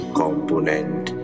component